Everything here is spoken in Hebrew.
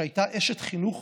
שהייתה אשת חינוך